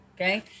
okay